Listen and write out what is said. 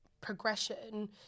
progression